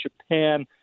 Japan